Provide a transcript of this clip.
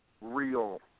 real